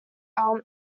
elm